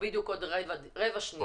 בקצרה.